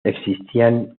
existían